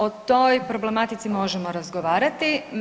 O toj problematici možemo razgovarati.